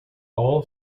all